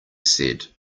said